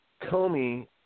Comey